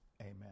Amen